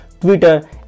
Twitter